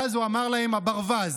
ואז הוא אמר להם: הברווז.